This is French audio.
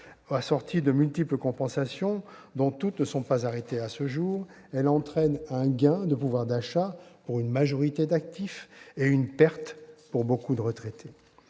Assortie de multiples compensations, dont toutes, à ce jour, ne sont pas arrêtées, elle entraîne un gain de pouvoir d'achat pour une majorité d'actifs et une perte pour beaucoup de retraités.